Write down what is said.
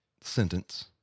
sentence